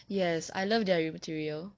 yes I love their material